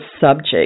subject